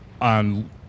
on